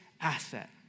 asset